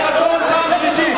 חבר הכנסת חסון, פעם שלישית.